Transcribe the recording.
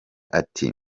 ati